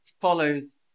follows